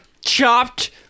chopped